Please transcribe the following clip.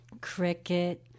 Cricket